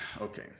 Okay